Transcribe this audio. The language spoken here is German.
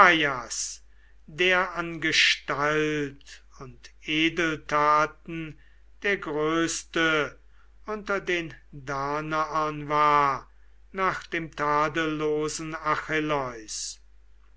der an gestalt und edeltaten der größte unter den danaern war nach dem tadellosen